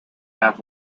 half